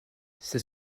c’est